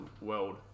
world